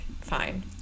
fine